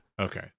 Okay